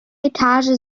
etage